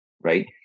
right